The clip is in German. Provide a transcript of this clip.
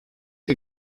ihr